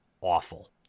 awful